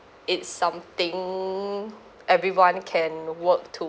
it's something everyone can work